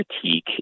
critique